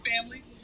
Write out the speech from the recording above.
family